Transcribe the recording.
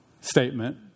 statement